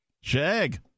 Shag